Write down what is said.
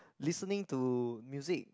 listening to music